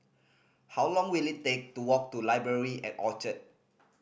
how long will it take to walk to Library at Orchard